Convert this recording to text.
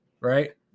right